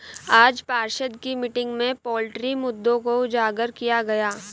आज पार्षद की मीटिंग में पोल्ट्री मुद्दों को उजागर किया गया